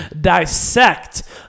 dissect